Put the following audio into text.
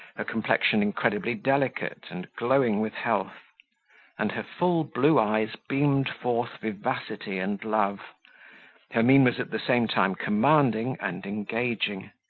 complexion incredibly delicate, and glowing with health and her full blue eyes beamed forth vivacity and love her mien was at the same time commanding and engaging,